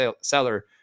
seller